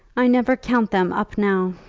i never count them up now.